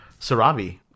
Sarabi